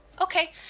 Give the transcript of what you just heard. Okay